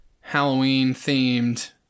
Halloween-themed